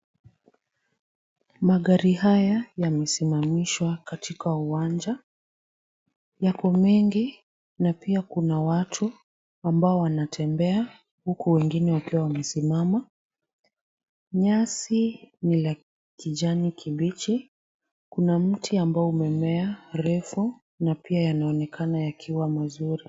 Magari haya yamesimamishwa katika uwanja. Yako mengi na pia kuna watu ambao wanatembea huku wengine wakiwa wamesimama. Nyasi ni la kijani kibichi. Kuna mti ambao umemea refu na pia yanaonekana yakiwa mazuri.